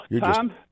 Tom